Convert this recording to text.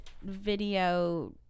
video